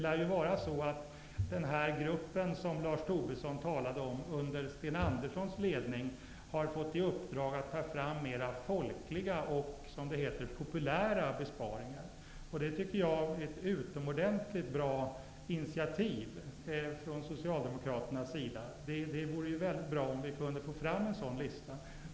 Lars Tobisson talade om har fått i uppdrag att ta fram mera folkliga och som det heter populära besparingar. Det är ett utomordentligt bra initiativ från Socialdemokraterna. Det vore mycket bra om vi kunde få fram en sådan lista.